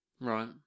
right